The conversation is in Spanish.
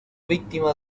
víctima